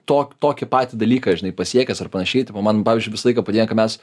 tok tokį patį dalyką žinai pasiekęs ar panašiai tipo man pavyzdžiui visą laiką patinka mes